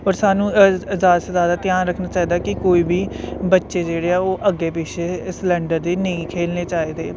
और स्हानू ज्यादा से ज्यादा ध्यान रक्खना चाहिदा कि कोई बी बच्चे जेह्ड़े ऐ ओह् अग्गे पिच्छे सिलेंडर दे ओह् नेई खेलने चाहिदे